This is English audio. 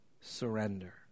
surrender